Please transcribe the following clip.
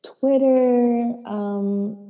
Twitter